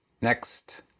next